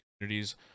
communities